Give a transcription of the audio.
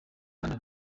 bana